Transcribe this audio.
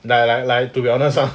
like like like to be honest lah